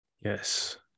Yes